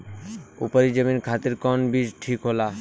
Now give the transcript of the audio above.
उपरी जमीन खातिर कौन बीज ठीक होला?